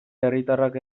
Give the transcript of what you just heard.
herritarrak